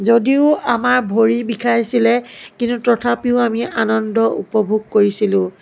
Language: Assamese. যদিও আমাৰ ভৰি বিষাইছিলে কিন্তু তথাপিও আমি আনন্দ উপভোগ কৰিছিলোঁ